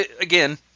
again